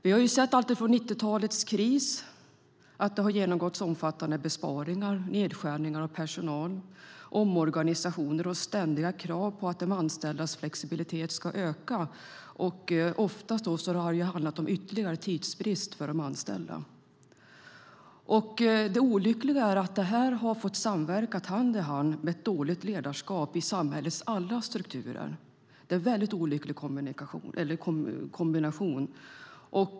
Vi har sett hur det alltsedan 90-talets kris har skett omfattande besparingar, nedskärningar av personal, omorganisationer och ständiga krav på att de anställdas flexibilitet ska öka. Oftast har det handlat om ytterligare tidsbrist för de anställda. Det olyckliga är att detta har fått samverka och gå hand i hand med ett dåligt ledarskap i samhällets alla strukturer. Det är en väldigt olycklig kombination.